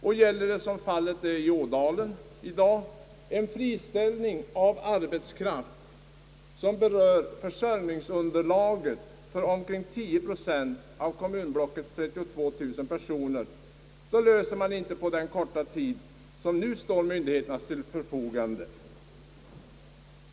Och gäller det, som fallet är i Ådalen i dag, en friställning av arbetskraft som berör försörjningsunderlaget för omkring 10 procent av kommunblockets 32 000 personer, då löser man inte det på den korta tid som nu står till myndigheternas förfogande.